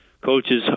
coaches